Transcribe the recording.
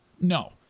No